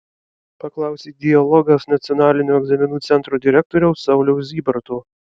paklausė dialogas nacionalinio egzaminų centro direktoriaus sauliaus zybarto